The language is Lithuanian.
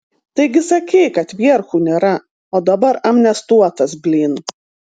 taigi sakei kad vierchų nėra o dabar amnestuotas blin